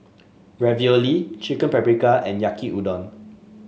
Ravioli Chicken Paprikas and Yaki Udon